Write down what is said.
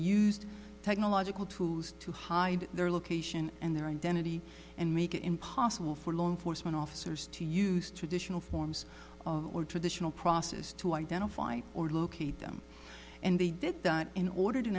used technological tools to hide their location and their identity and make it impossible for law enforcement officers to use traditional forms of or traditional process to identify or locate them and they did that in order to